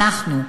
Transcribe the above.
אנחנו,